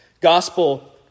gospel